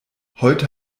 heute